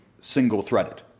single-threaded